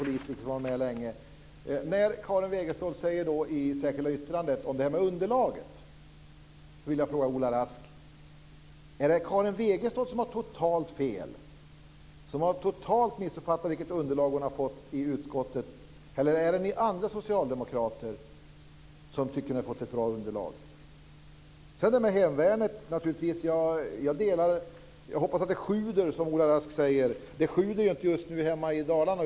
Eftersom Ola Rask också är en rutinerad politiker som varit med länge, vill jag fråga Ola Rask om det är Karin Wegestål som totalt har missuppfattat vilket underlag hon har fått i utskottet eller om det är ni andra socialdemokrater som har fått ett bra underlag. När det gäller hemvärnet hoppas jag att det sjuder, som Ola Rask säger. Det sjuder ju inte just nu hemma i Dalarna.